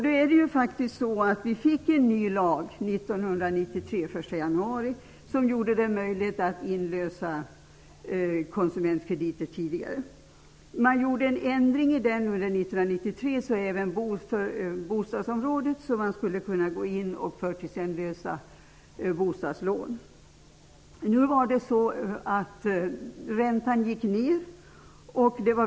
Vi fick faktiskt en ny lag den 1 januari 1993 som gjorde det möjligt att tidigare inlösa konsumentkrediter. Man gjorde en ändring i den lagen 1993 för att man även på bostadsområdet skulle kunna gå in och förtidsinlösa bostadslån. Men räntan gick ner.